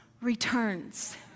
returns